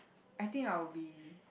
I think I'll be